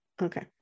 Okay